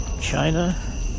China